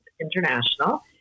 International